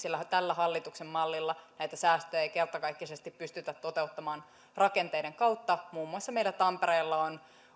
tällä hallituksen mallilla näitä säästöjä ei kertakaikkisesti pystytä toteuttamaan rakenteiden kautta muun muassa meillä tampereella on